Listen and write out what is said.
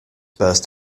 burst